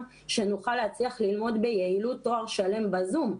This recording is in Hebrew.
שנוכל להצליח ללמוד ביעילות תואר שלם בזום.